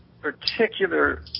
particular